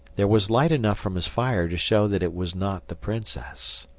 there was light enough from his fire to show that it was not the princess.